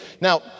Now